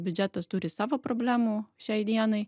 biudžetas turi savo problemų šiai dienai